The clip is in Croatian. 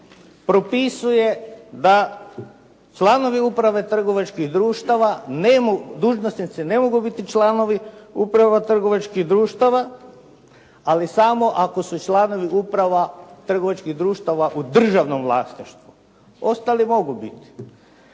propisuje da članovi uprave trgovačkih društava dužnosnici ne mogu biti članovi uprava trgovačkih društava, ali samo ako su članovi uprava trgovačkih društava u državnom vlasništvu. Ostali mogu biti.